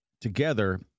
together